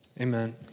Amen